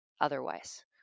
otherwise